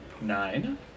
Nine